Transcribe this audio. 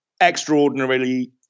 extraordinarily